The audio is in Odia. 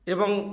ଏବଂ